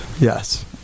Yes